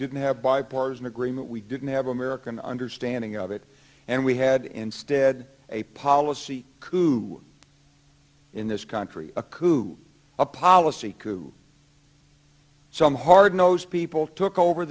didn't have bipartisan agreement we didn't have american understanding of it and we had instead a policy coup in this country a coup a policy who some hard nosed people took over